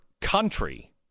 country